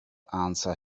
answer